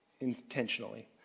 intentionally